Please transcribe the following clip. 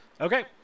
Okay